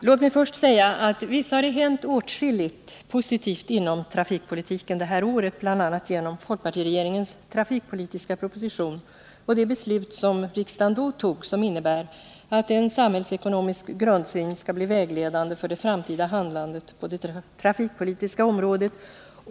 Låt mig först säga, att visst har det hänt åtskilligt positivt inom trafikpolitiken det här året, bl.a. genom folkpartiregeringens trafikpolitiska proposition och det beslut som riksdagen då tog, som innebär att en samhällsekonomisk grundsyn skall bli vägledande för det framtida handlandet på det trafikpolitiska området.